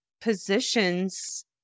positions